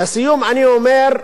לסיום, אני אומר: